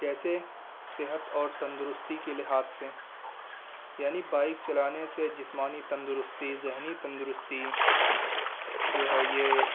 جیسے صحت اور تندرستی کے لحاظ سے یعنی بائک چلانے سے جسمانی تندرستی ذہنی تندرستی جو ہے یہ